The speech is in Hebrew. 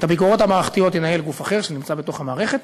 את הביקורות המערכתיות ינהל גוף אחר שנמצא בתוך המערכת,